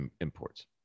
imports